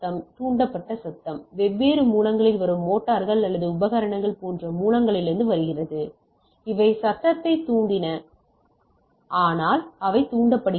தூண்டப்பட்ட சத்தம் வெவ்வேறு மூலங்களிலிருந்து வரும் மோட்டார்கள் அல்லது உபகரணங்கள் போன்ற மூலங்களிலிருந்து வருகிறது அவை சத்தத்தைத் தூண்டின ஆனால் அவை தூண்டப்படுகின்றன